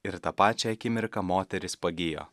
ir tą pačią akimirką moteris pagijo